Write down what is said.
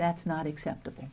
that's not acceptable